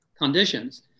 conditions